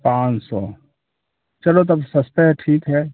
पाँच सौ चलो तब सस्ता है ठीक है